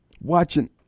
watching